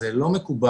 זה לא מקובל,